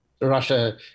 Russia